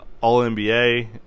All-NBA